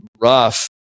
rough